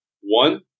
one